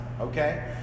Okay